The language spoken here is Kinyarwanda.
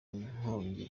nkongi